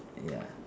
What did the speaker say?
ya